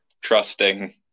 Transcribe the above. trusting